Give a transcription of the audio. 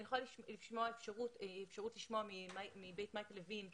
אם אני יכולה לבקש לשמוע מבית מייק לוין,